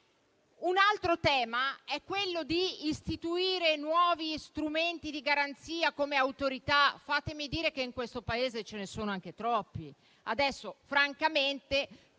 un altro tema è istituire nuovi strumenti di garanzia, come Autorità, ma fatemi dire che in questo Paese ce ne sono anche troppi.